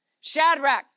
Shadrach